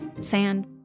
sand